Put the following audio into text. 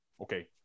okay